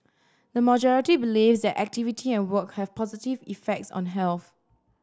the majority believes that activity and work have positive effects on health